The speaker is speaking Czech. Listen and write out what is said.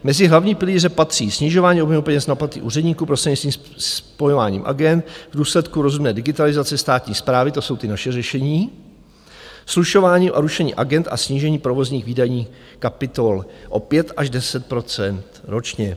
Mezi hlavní pilíře patří snižování objemu peněz na platy úředníků prostřednictvím spojováním agend v důsledku rozumné digitalizace státní správy, to jsou ty naše řešení, slučování a rušení agend a snížení provozních výdajů kapitol o 5 10 % ročně.